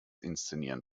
inszenieren